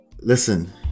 listen